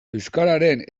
euskararen